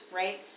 right